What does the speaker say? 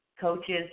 coaches